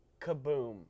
kaboom